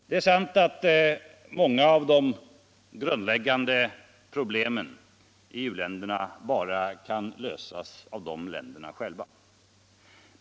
Det är sant att många av de grundläggande problemen i u-länderna bara kan lösas av u-länderna själva.